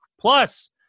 Plus